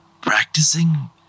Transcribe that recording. practicing